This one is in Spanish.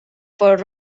por